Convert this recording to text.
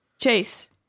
Chase